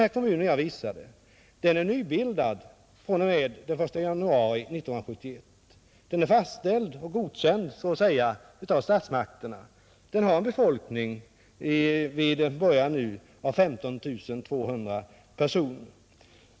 Den kommun jag tog som exempel nybildades den 1 januari 1971. Den är så att säga fastställd och godkänd av statsmakterna. Den har en befolkning på 15 200 personer.